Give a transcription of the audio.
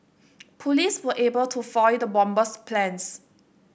police were able to foil the bomber's plans